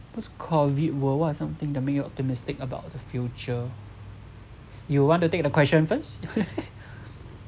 post-COVID world what is something that make you optimistic about the future you want to take the question first